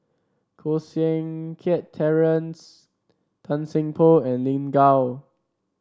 Koh Seng Kiat Terence Tan Seng Poh and Lin Gao